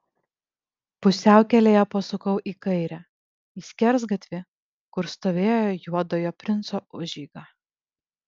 pusiaukelėje pasukau į kairę į skersgatvį kur stovėjo juodojo princo užeiga